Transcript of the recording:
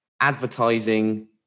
advertising